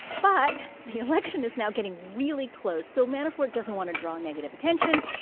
but the election is now getting really close. so manafort doesn't want to draw negative attention.